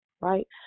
Right